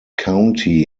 county